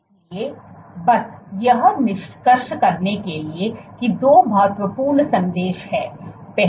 इसलिए बस यह निष्कर्ष करने के लिए कि दो महत्वपूर्ण संदेश हैं